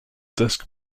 disc